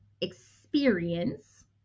experience